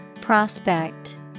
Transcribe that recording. Prospect